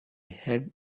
had